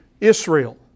Israel